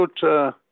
good